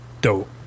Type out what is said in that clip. dope